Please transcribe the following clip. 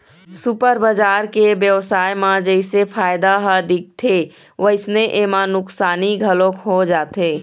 super बजार के बेवसाय म जइसे फायदा ह दिखथे वइसने एमा नुकसानी घलोक हो जाथे